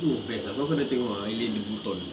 oo best ah kau kena tengok ah eileen the burton